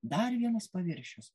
dar vienas paviršius